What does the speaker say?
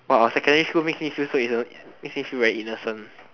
!wow! our secondary school makes me feel very innocent